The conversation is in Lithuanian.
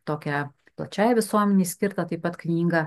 tokią plačiai visuomenei skirtą taip pat knygą